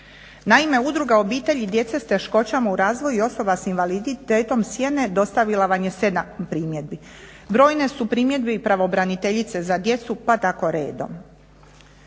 Naime, Udruga obitelji djece sa teškoćama u razvoju i osoba sa invaliditetom Sjene dostavila vam je 7 primjedbi. Brojne su primjedbe i pravobraniteljice za djecu pa tako redom.